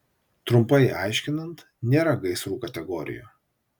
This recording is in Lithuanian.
trumpai aiškinant nėra gaisrų kategorijų